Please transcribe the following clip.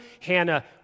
Hannah